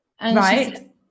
Right